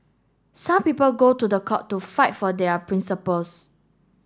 some people go to the court to fight for their principles